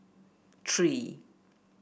three